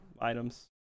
items